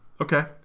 Okay